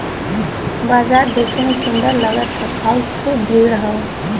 बाजार देखे में सुंदर लगत हौ आउर खूब भीड़ हौ